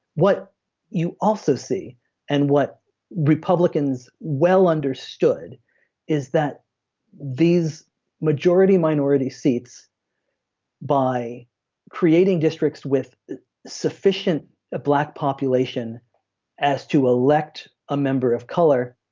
what you also see and what republicans well understood is that these majority minority seats by creating districts with sufficient a black population as to elect a member of color.